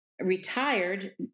retired